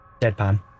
Deadpan